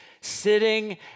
sitting